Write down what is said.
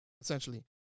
essentially